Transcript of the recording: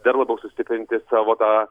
dar labiau sustiprinti savo tą